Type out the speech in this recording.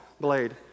blade